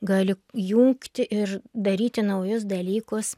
gali jungti ir daryti naujus dalykus